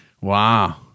Wow